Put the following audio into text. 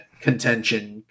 contention